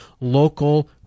local